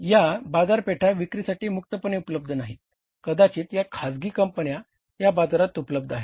या बाजारपेठा विक्रीसाठी मुक्तपणे उपलब्ध नाहीत कदाचित या खाजगी कंपन्या या बाजारात उपलब्ध आहेत